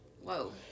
whoa